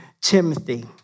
Timothy